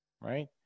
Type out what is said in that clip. right